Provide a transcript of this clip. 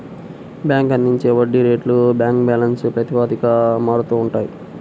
bank అందించే వడ్డీ రేట్లు బ్యాంక్ బ్యాలెన్స్ ప్రాతిపదికన మారుతూ ఉంటాయి